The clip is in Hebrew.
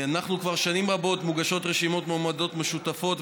כבר שנים רבות מוגשות רשימות מועמדים משותפות,